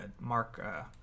Mark